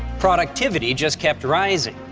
productivity just kept rising,